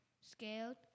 scaled